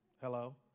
Hello